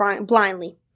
blindly